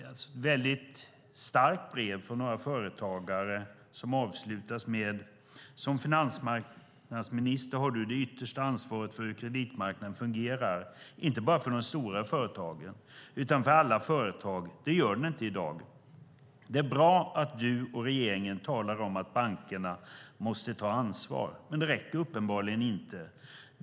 Det är ett mycket starkt brev från några företagare, och det avslutas med: Som finansmarknadsminister har du det yttersta ansvaret för att kreditmarknaden fungerar, inte bara för de stora företagen, utan för alla företag. Det gör den inte i dag. Det är bra att du och regeringen talar om att bankerna måste ta ansvar, men det räcker uppenbarligen inte.